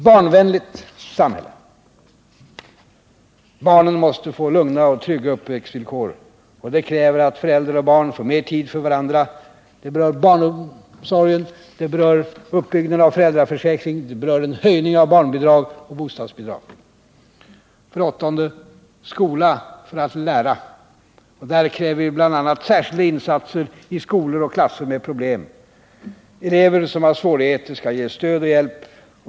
Barnen måste få lugna och trygga uppväxtvillkor. Det kräver att föräldrar och barn får mer tid för varandra. Detta berör barnomsorgen och uppbyggnaden av föräldraförsäkringen samt kräver en höjning av barnbidrag och bostadsbidrag. Vi kräver att särskilda insatser görs i skolor och klasser med problem. Elever som har svårigheter skall ges stöd och hjälp.